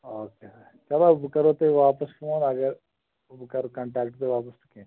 okay sir چلو بہٕ کَرو تۄہہِ واپَس فون اگر بہٕ کَرٕ کَنٹیکٹ تۄہہِ واپَس کینٛہہ چھُنہٕ